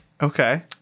Okay